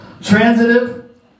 transitive